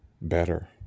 better